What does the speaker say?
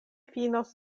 finos